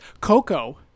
Coco